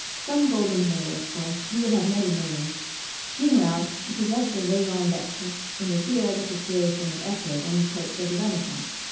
some golden day, of course, he would have many millions meanwhile he possessed a raison d'etre in the theoretical creation of essays on the popes of the renaissance.